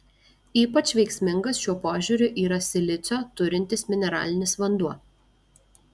ypač veiksmingas šiuo požiūriu yra silicio turintis mineralinis vanduo